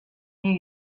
new